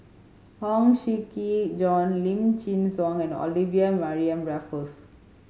Huang Shiqi Joan Lim Chin Siong and Olivia Mariamne Raffles